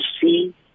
see